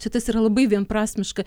šitas yra labai vienprasmiška